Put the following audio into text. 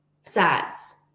SADS